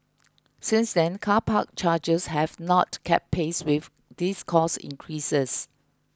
since then car park charges have not kept pace with these cost increases